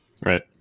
right